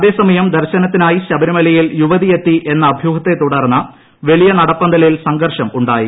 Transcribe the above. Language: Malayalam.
അതേസമയം ദർശനത്തിനായി ശബരിമലയിൽ യുവതി എത്തി എന്ന അഭ്യൂഹത്തെ തുടർന്ന് വലിയ നടപന്തലിൽ സംഘർഷം ഉണ്ടായി